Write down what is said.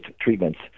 treatments